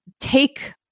take